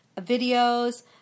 videos